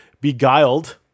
Beguiled